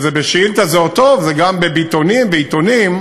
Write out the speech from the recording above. בשאילתה זה עוד טוב, זה גם בביטאונים ועיתונים,